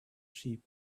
sheep